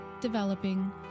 developing